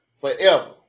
forever